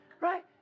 Right